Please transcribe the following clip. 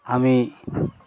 আমি